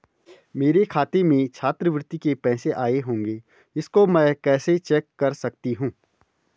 मेरे खाते में छात्रवृत्ति के पैसे आए होंगे इसको मैं कैसे चेक कर सकती हूँ?